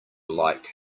like